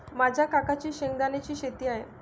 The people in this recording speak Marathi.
माझ्या काकांची शेंगदाण्याची शेती आहे